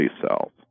cells